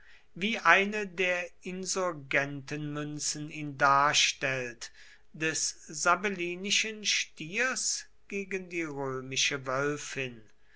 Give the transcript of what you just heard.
wie eine der insurgentenmünzen ihn darstellt des sabellinischen stiers gegen die römische